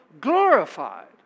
glorified